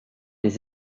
les